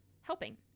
helping